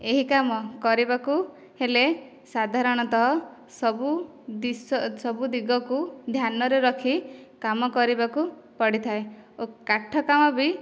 ଏହି କାମ କରିବାକୁ ହେଲେ ସାଧାରଣତଃ ସବୁ ବିଷୟ ସବୁ ଦିଗକୁ ଧ୍ୟାନରେ ରଖି କାମ କରିବାକୁ ପଡ଼ିଥାଏ ଓ କାଠ କାମ ବି